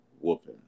whooping